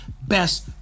best